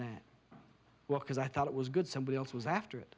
that was because i thought it was good somebody else was after it